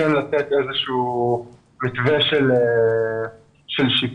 כן לתת איזשהו מתווה של שיפוי.